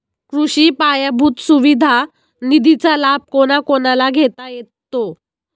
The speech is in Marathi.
कृषी पायाभूत सुविधा निधीचा लाभ कोणाकोणाला घेता येतो?